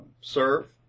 serve